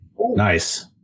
nice